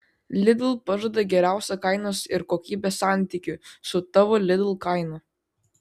lidl pažada geriausią kainos ir kokybės santykį su tavo lidl kaina